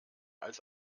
als